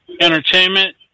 Entertainment